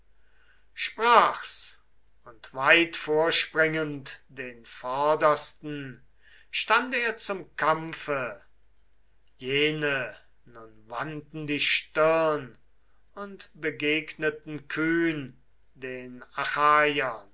sprach's und weit vorspringend den vordersten stand er zum kampfe jene nun wandten die stirn und begegneten kühn den